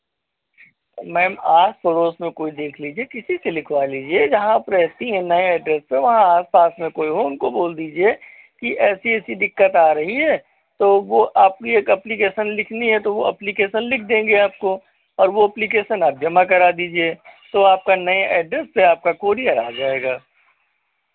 ma'am आस पड़ोस में कोई देख लीजिए किसी से लिखवा लीजिए किसी से लिखवा लीजिए जहाँ आप रहती है नए एड्रेस पे वहाँ आप आस पास में कोई हो उनको बोल दीजिए कि ऐसी ऐसी दिक्कत आ रही हैं तो वो आपकी एक अप्लीकेशन लिखनी है तो वो अप्लीकेशन लिख देंगे आपको और वो अप्लीकेशन आप जमा करा दीजिए तो आपका नए एड्रेस पे आपका कोरियर आ जाएगा